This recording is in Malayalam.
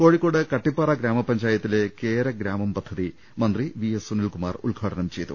കോഴിക്കോട് കട്ടിപ്പാറ ഗ്രാമപഞ്ചായത്തിലെ കേരഗ്രാമം പദ്ധതി മന്ത്രി വി എസ് സുനിൽകുമാർ ഉദ്ഘാടനം ചെയ്തു